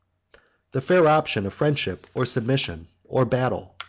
the fair option of friendship, or submission, or battle,